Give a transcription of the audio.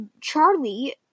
Charlie